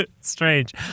Strange